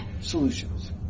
solutions